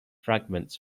fragments